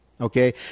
okay